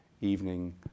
evening